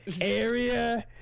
area